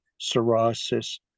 psoriasis